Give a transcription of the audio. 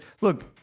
look